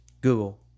Google